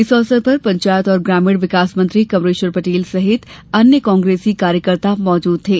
इस अवसर पर पंचायत और ग्रामीण विकास मंत्री कमलेश्वर पटेल सहित अन्य कांग्रेसी कार्यकर्ता मौजूद थे